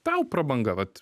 tau prabanga vat